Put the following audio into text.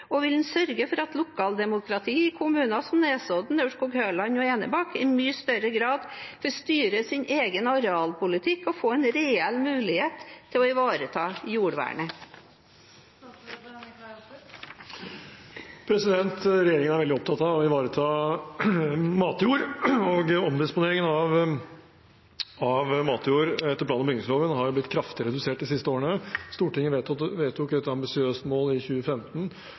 og vil han sørge for at lokaldemokratiet i kommuner som Nesodden, Aurskog-Høland og Enebakk i mye større grad får styre sin egen arealpolitikk og få en reell mulighet til å ivareta jordvernet? Regjeringen er veldig opptatt av å ivareta matjord, og omdisponeringen av matjord etter plan- og bygningsloven har blitt kraftig redusert de siste årene. Stortinget vedtok et ambisiøst mål i 2015